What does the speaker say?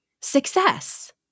success